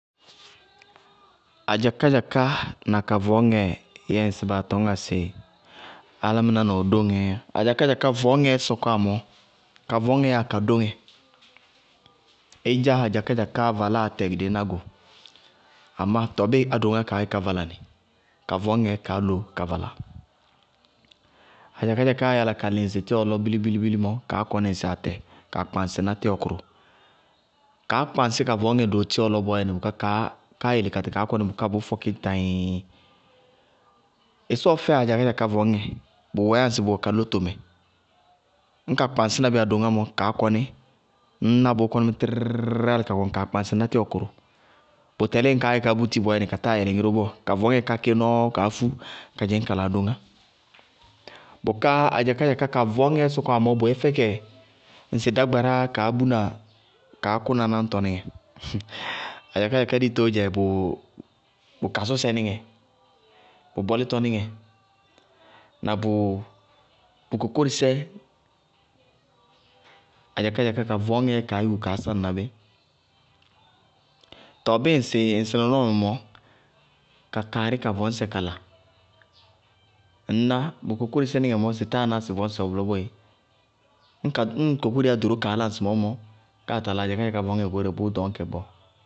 Adzakádzaká na ka vɔŋñŋɛ yɛ ŋsɩ baa tɔñŋá sɩ álámɩná na ɔ dóŋɛɛ yá. Adzakádzaká vɔñŋɛɛ sɔkɔwá mɔɔ, ka vɔñŋɛ yáa ka dóŋɛ. Ɩdzá adzakádzakáá valá atɛ dɩí ná go amá tɔɔ bíɩ adoŋáá kaá gɛ ká vala nɩ, ka vɔñŋɛɛ kaá loó ka vala. Adzakádzakáá yála ka lɩ ŋsɩ tíwɔ lɔ bili-bili mɔ kaá kɔní ŋñ atɛ, kaa kpaŋsɩ ná tíwɔ kʋrʋ. Kaá kpaŋsí ka vɔŋñŋɛ doo tíwɔ lɔ bɔɔyɛnɩ bʋká káá yele katɩ kaá kɔní bʋká bʋʋ fɔkí tahɩɩɩŋ. Ɩsɔɔ fɛyá adzakádzaká vɔñŋɛ, bʋwɛɛ yá ŋsɩ bʋwɛ ka lóto mɛ ñ ka kpaŋsí na bí adoŋá mɔ kaá kɔní ŋñ ná bɩ tírírírírí álɩ ka kɔnɩ kaa kpaŋsɩ ná tíwɔ kʋrʋ. Bʋ tɛlíɩ ñŋ kaá gɛ ká búti bɔɔyɛnɩ ka táa yɛlɛŋí ró bɔɔ, ka vɔŋñŋɛ ká kéé nɔɔ kaá fú ka dzɩñ kala adoŋá. Bʋká adzakádzaká ka vɔñŋɛ sɔkɔwá mɔɔ bʋ yɛ fɛkɛ ŋsɩ dágbaráá kaá bʋna kaá kʋna náñtɔníŋɛ. Adzakádzaká ditoó dzɛ bʋ kasʋsɛ níŋɛ, bʋ bɔlítɔ níŋɛ na bʋ bʋ kokórisé, adzakádzaká ka vɔñŋɛɛ kaá yúku kaá sáŋna bí. Tɔɔ bíɩ ŋsɩ, ŋsɩ nɔnɔɔmɛ mɔɔ, ka kaarí ka vɔñŋɛ kala, ŋñná bʋ kokórisé níŋɛ mɔɔ bʋtáa ná sɩ vɔñŋɛ wɛ bʋlɔ boé. Ñŋ kokóriyá ɖoró kaá lá ŋsɩmɔɔ mɔ, ká kaa tala adzakádzaká vɔñŋɛ goóre, bʋʋ ɖɔñkɛ gbɔɔɔ.